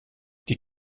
die